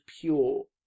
pure